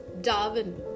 Darwin